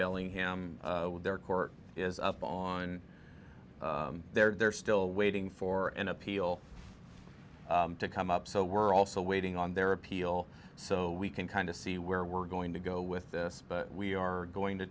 bellingham with their court is up on their they're still waiting for an appeal to come up so we're also waiting on their appeal so we can kind of see where we're going to go with this but we are going to